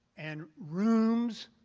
and rooms,